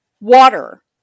water